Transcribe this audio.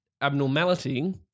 abnormality